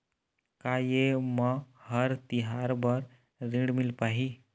का ये म हर तिहार बर ऋण मिल पाही?